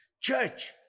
Church